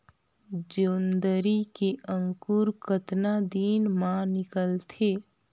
जोंदरी के अंकुर कतना दिन मां निकलथे?